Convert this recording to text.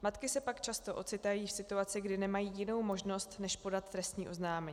Matky se pak často ocitají v situaci, kdy nemají jinou možnost než podat trestní oznámení.